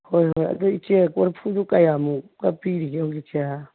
ꯍꯣꯏ ꯍꯣꯏ ꯑꯗꯨ ꯏꯆꯦ ꯀꯣꯔꯐꯨꯗꯨ ꯀꯌꯥꯃꯨꯛꯀ ꯄꯤꯔꯤꯒꯦ ꯍꯧꯖꯤꯛꯁꯦ